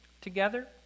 together